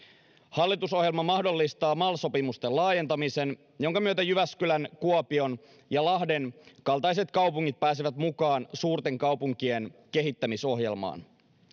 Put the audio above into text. hallitusohjelma mahdollistaa mal sopimusten laajentamisen jonka myötä jyväskylän kuopion ja lahden kaltaiset kaupungit pääsevät mukaan suurten kaupunkien kehittämisohjelmaan